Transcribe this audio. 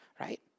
right